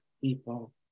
people